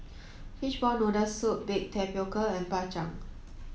fishball noodle soup baked tapioca and Bak Chang